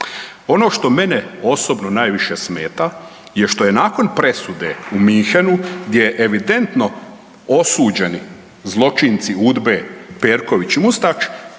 Ono što mene osobno najviše smeta je što je nakon presude u Munchenu gdje evidentno osuđeni zločinci UDBA-e Perković i Mustač